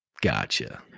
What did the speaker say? Gotcha